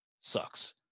sucks